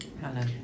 Hello